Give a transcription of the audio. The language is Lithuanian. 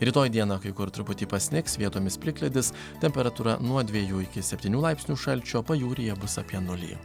rytoj dieną kai kur truputį pasnigs vietomis plikledis temperatūra nuo dviejų iki septynių laipsnių šalčio pajūryje bus apie nulį